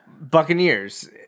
Buccaneers